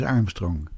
Armstrong